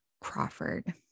Crawford